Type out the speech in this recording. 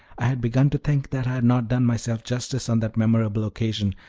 i had begun to think that i had not done myself justice on that memorable occasion,